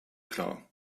klar